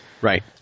Right